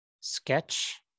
Sketch